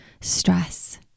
stress